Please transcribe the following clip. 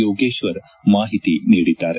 ಯೋಗೇಶ್ವರ್ ಮಾಹಿತಿ ನೀಡಿದ್ದಾರೆ